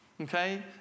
okay